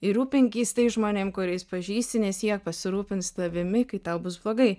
ir rūpinkis tais žmonėm kuriais pažįsti nes jie pasirūpins tavimi kai tau bus blogai